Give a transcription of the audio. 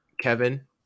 Kevin